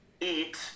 eat